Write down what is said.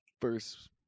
First